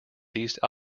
these